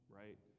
right